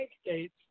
states